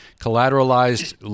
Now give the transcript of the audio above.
collateralized